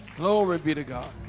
glory be to god